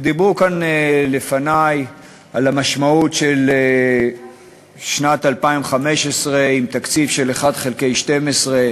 ודיברו כאן לפני על המשמעות של שנת 2015 עם תקציב של 1 חלקי 12,